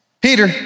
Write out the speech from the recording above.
Peter